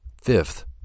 Fifth